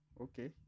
Okay